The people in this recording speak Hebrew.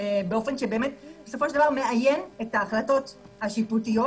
באופן שמאיין את ההחלטות השיפוטיות.